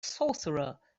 sorcerer